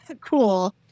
cool